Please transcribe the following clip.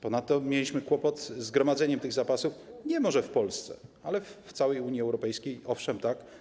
Ponadto mieliśmy kłopot z gromadzeniem tych zapasów, może nie w Polsce, ale w całej Unii Europejskiej - owszem, tak.